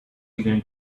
began